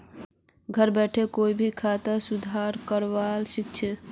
घरत बोठे कोई भी खातार सुधार करवा सख छि